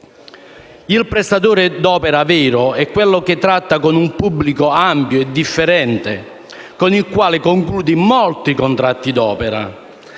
Il prestatore d’opera vero è colui che tratta con un pubblico ampio e differenziato, con il quale conclude molti contratti d’opera,